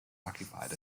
occupied